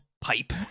pipe